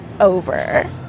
over